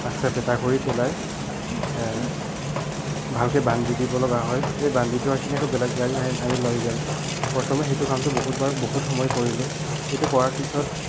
তাক চেপেতা কৰি পেলাই ভালকৈ বান্ধি দিব লগা হয় এই বান্ধি থোৱা খিনি আকৌ বেলেগ গাড়ীয়ে আনি আনি লৈ যায় প্ৰথমে সেইটো কামটো বহুতবাৰ বহুত সময় কৰিলোঁ সেইটো কৰাৰ পাছত